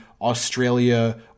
Australia